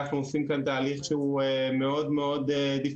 אנחנו עושים כאן תהליך שהוא מאוד מאוד דיפרנציאלי,